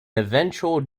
eventual